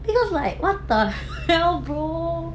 because like what the hell bro